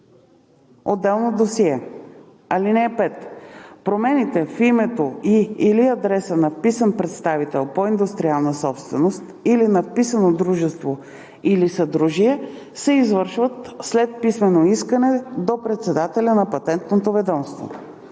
отделно досие. (5) Промените в името и/или адреса на вписан представител по индустриална собственост или на вписано дружество или съдружие се извършват след писмено искане до председателя на Патентното ведомство.